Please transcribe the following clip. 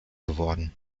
geworden